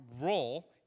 role